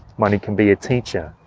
money can be a teacher